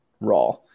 raw